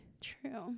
True